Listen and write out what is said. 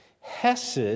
Hesed